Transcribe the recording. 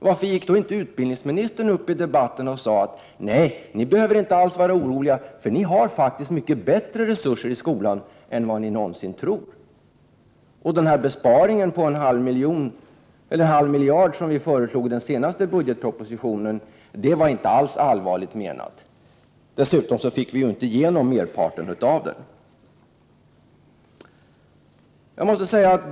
Varför gick inte utbildningsministern upp i debatten och talade om att man inte alls behövde vara orolig och att man faktiskt har mycket bättre resurser i skolan än vad man någonsin tror samt att de besparingar på en halv miljard som regeringen föreslog i den senaste budgetpropositionen inte alls var allvarligt menade, eftersom merparten av dessa inte heller gick igenom i riksdagen.